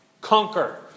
conquer